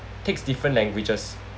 takes different languages